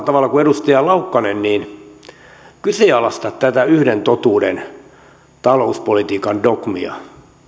tavalla kuin edustaja laukkanen kyseenalaistaa tätä yhden totuuden talouspolitiikan dogmia